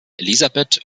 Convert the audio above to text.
elisabeth